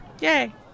yay